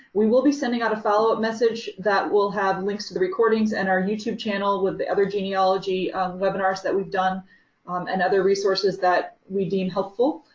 we will be sending out a follow-up message that will have links to the recordings and our youtube channel with the other genealogy webinars that we've done and other resources that we deem helpful.